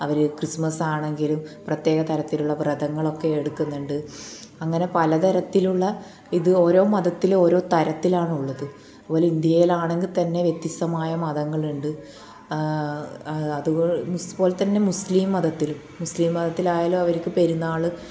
അവർ Christmas ആണെങ്കിലും പ്രത്യേക തരത്തിലുള്ള വ്രതങ്ങളൊക്കെ എടുക്കുന്നുണ്ട് അങ്ങനെ പലതരത്തിലുള്ള ഇത് ഓരോ മതത്തിലും ഓരോ തരത്തിലാണുള്ളത് അതുപോലെ ഇന്ത്യയിലാണെങ്കിൽത്തന്നെ വ്യത്യസ്തമായ മതങ്ങളുണ്ട് അതുപോലെ തന്നെ മുസ്ലിം മതത്തിലും മുസ്ലിം മതത്തിലായാലും അവർക്ക് പെരുന്നാള്